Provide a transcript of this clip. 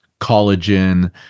collagen